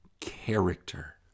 character